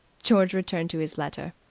george returned to his letter.